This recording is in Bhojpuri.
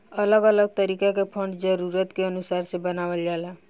अलग अलग तरीका के फंड जरूरत के अनुसार से बनावल जाला